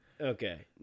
Okay